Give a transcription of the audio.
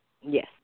Yes